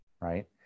right